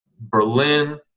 Berlin